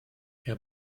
herr